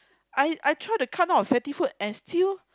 I I try to cut down on fatty food and still